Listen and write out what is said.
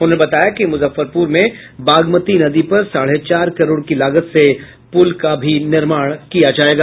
उन्होने बताया कि मुजफ्फरपुर में बागमती नदी पर साढ़े चार करोड़ की लागत से पुल का भी निर्माण किया जायेगा